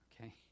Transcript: Okay